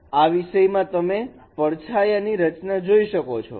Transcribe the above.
આ વિષયમાં તમે પડછાયા ની રચના જોઈ શકો છો